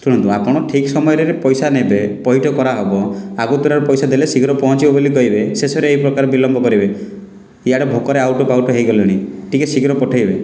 ଶୁଣନ୍ତୁ ଆପଣ ଠିକ୍ ସମୟରେ ପଇସା ନେବେ ପୈଠ କରାହେବ ଆଗତୁରା ପଇସା ଦେଲେ ଶୀଘ୍ର ପହଞ୍ଚିବ ବୋଲି କହିବେ ଶେଷରେ ଏହି ପ୍ରକାର ବିଳମ୍ବ କରେଇବେ ଇଆଡ଼େ ଭୋକରେ ଆଉଟୁପାଉଟୁ ହୋଇଗଲିଣି ଟିକେ ଶୀଘ୍ର ପଠେଇବେ